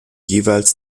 jeweils